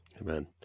Amen